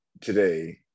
today